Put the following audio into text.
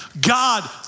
God